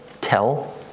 Tell